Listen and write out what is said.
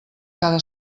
cada